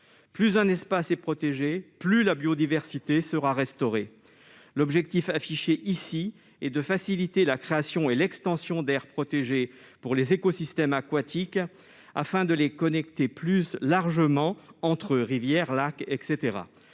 plus un espace est protégé, plus la biodiversité sera restaurée. L'objectif affiché ici est de faciliter la création et l'extension d'aires protégées pour les écosystèmes aquatiques- rivières, lacs, etc.